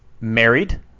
married